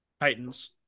Titans